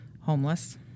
homeless